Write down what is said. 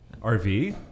RV